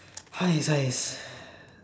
sighs